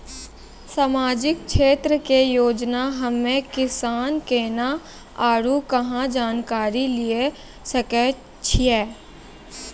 समाजिक क्षेत्र के योजना हम्मे किसान केना आरू कहाँ जानकारी लिये सकय छियै?